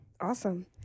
Awesome